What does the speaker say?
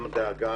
גם דאגה